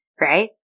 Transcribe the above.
right